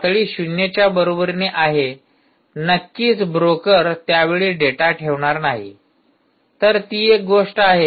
पातळी ० च्या बरोबरीने आहे नक्कीच ब्रोकर त्या वेळी डेटा ठेवणार नाही तर ती एक गोष्ट आहे